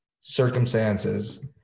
circumstances